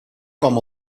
com